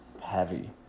heavy